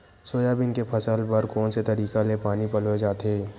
Soybean के फसल बर कोन से तरीका ले पानी पलोय जाथे?